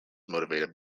motivated